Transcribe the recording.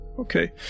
okay